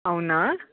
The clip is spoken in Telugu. అవునా